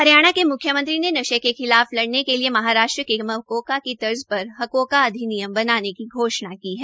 हरियाणा के मुख्यमंत्री ने नशे के खिलाफ लडऩे के लिए महाराष्ट्र के मकोका की तर्ज पर हकोका अधिनियम बनाने की घोषणा की है